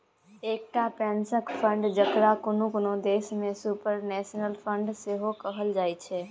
एकटा पेंशनक फंड, जकरा कुनु कुनु देश में सुपरनेशन फंड सेहो कहल जाइत छै